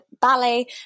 ballet